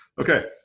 Okay